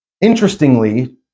Interestingly